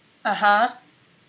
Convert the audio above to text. (uh huh)